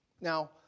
Now